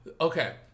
Okay